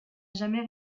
jamais